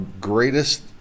greatest